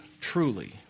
truly